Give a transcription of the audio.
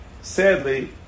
sadly